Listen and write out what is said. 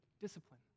discipline